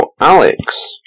Alex